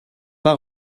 pas